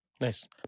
Nice